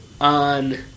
on